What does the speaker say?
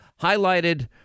highlighted